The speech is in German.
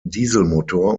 dieselmotor